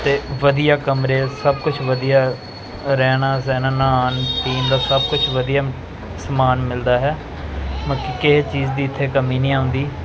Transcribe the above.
ਅਤੇ ਵਧੀਆ ਕਮਰੇ ਸਭ ਕੁਛ ਵਧੀਆ ਰਹਿਣਾ ਸਹਿਣਾ ਨਹਾਉਣ ਪੀਣ ਦਾ ਸਭ ਕੁਝ ਵਧੀਆ ਸਮਾਨ ਮਿਲਦਾ ਹੈ ਮਲਕੀ ਕਿਸੇ ਚੀਜ਼ ਦੀ ਇੱਥੇ ਕਮੀ ਨਹੀ ਆਉਂਦੀ